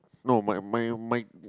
no my my my